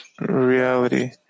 reality